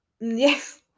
Yes